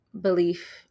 belief